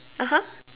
(uh huh)